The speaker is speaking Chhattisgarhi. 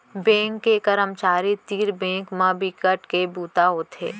बेंक के करमचारी तीर बेंक म बिकट के बूता होथे